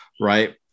right